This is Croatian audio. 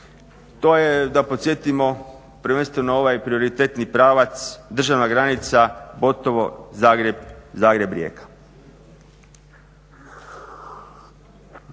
To je da podsjetimo prvenstveno ovaj prioritetni pravac državna granica Botovo-Zagreb-Rijeka.